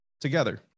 together